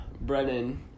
Brennan